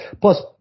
plus